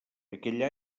aquell